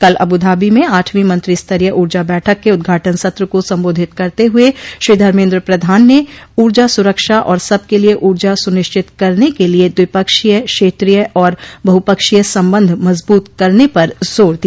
कल अब्धाबी में आठवीं मंत्रिस्तरीय ऊर्जा बैठक के उद्घाटन सत्र को संबोधित करते हुए श्री धर्मेंद्र प्रधान ने ऊर्जा सुरक्षा और सब के लिए ऊर्जा सुनिश्चित करने के लिए द्विपक्षीय क्षेत्रीय और बहुपक्षीय संबंध मजबूत करने पर जोर दिया